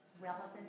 Relevant